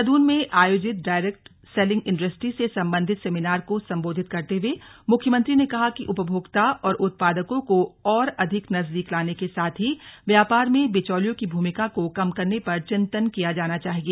देहरादून में आयोजित direct selling industry से सम्बन्धित सेमिनार को सम्बोधित करते हुए मुख्यमंत्री ने कहा कि उपभोक्ता और उत्पादकों को और अधिक नजदीक लाने के साथ ही व्यापार में बिचौलियों की भूमिका को कम करने पर चिंतन किया जाना चाहिए